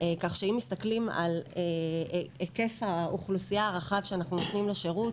כך שאם מסתכלים על היקף האוכלוסייה הרחב שאנחנו נותנים לו שירות,